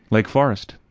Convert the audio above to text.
lake forest,